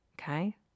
Okay